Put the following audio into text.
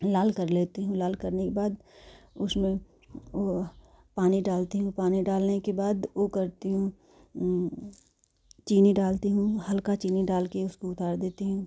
लाल कर लेती हूँ लाल करने के बाद उसमें वो पानी डालती हूँ पानी डालने के बाद वो करती हूँ चीनी डालती हूँ हल्का चीनी डालकर उसको उतार देती हूँ